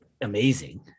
amazing